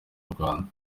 rwanda